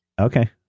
Okay